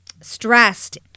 stressed